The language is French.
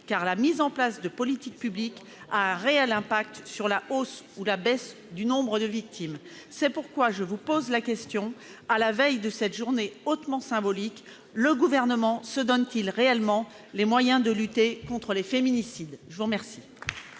car la mise en place de politiques publiques a un réel impact sur la hausse ou la baisse du nombre de victimes. À la veille de cette journée hautement symbolique, le Gouvernement se donne-t-il réellement les moyens de lutter contre les féminicides ? La parole